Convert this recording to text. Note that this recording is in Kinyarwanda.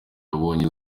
yabonye